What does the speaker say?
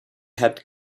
had